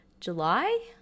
July